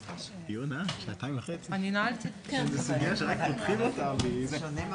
הישיבה ננעלה בשעה 12:35.